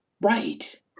Right